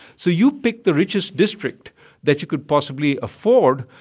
so you pick the richest district that you could possibly afford.